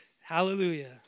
Hallelujah